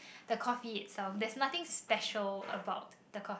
the coffee itself there's nothing special about the coffee